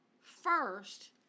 first